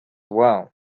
well